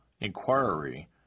inquiry